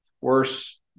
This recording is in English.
Worse